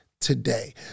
today